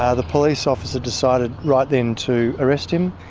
ah the police officer decided right then to arrest him,